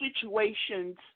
situations